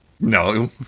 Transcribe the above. No